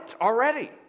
already